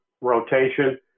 rotation